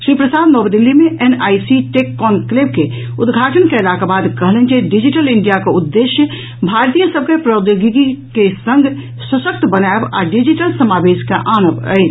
श्री प्रसाद नव दिल्ली मे NIC tech conclave के उद्घाटन कयलाक बाद कहलनि जे डिजिटल इंडियाक उद्देश्य भारतीय सभ के प्रौद्योगिकी के संग सशक्त बनायब आ डिजिटल समावेश के आनब अछि